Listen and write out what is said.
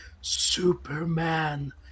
Superman